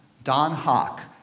don haack,